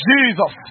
Jesus